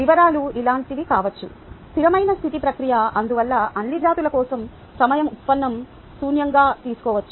వివరాలు ఇలాంటివి కావచ్చు స్థిరమైన స్థితి ప్రక్రియ అందువల్ల అన్ని జాతుల కోసం సమయం ఉత్పన్నం 0 గా తీసుకోవచ్చు